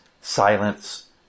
silence